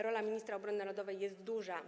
Rola ministra obrony narodowej jest duża.